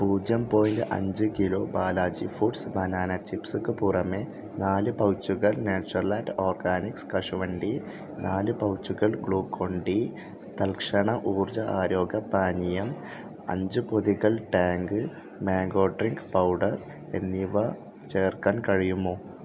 പൂജ്യം പോയിൻറ് അഞ്ച് kilo Balaji foods banana ചിപ്സിന് പുറമേ നാല് പൗച്ചുകൾ നേച്ചർലാൻഡ് ഓർഗാനിക്സ് കശുവണ്ടി നാല് പൗച്ചുകൾ ഗ്ലൂക്കോൺ ഡി തൽക്ഷണ ഊർജ്ജ ആരോഗ്യപാനീയം അഞ്ച് പൊതികൾ ടാങ്ക് മാംഗോ ഡ്രിങ്ക് പൗഡർ എന്നിവ ചേർക്കാൻ കഴിയുമോ